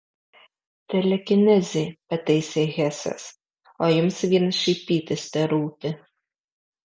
telekinezė pataisė hesas o jums vien šaipytis terūpi